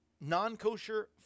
non-kosher